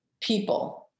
people